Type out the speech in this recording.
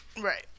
Right